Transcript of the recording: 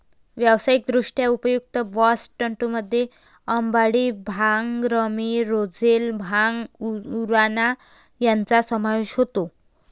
व्यावसायिकदृष्ट्या उपयुक्त बास्ट तंतूंमध्ये अंबाडी, भांग, रॅमी, रोझेल, भांग, उराणा यांचा समावेश होतो